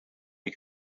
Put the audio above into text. you